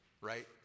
right